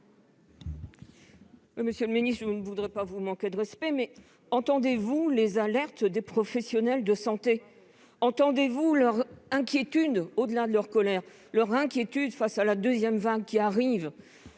Monsieur le ministre, je ne voudrais pas vous manquer de respect, mais entendez-vous les alertes des professionnels de santé ? Entendez-vous leur inquiétude, au-delà de leur colère ? Oui, leur inquiétude face à la deuxième vague qui arrive,